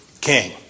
king